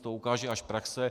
To ukáže až praxe.